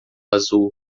azul